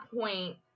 point